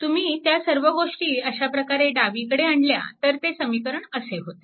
तुम्ही त्या सर्व गोष्टी अशा प्रकारे डावीकडे आणल्या तर ते समीकरण असे होते